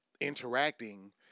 interacting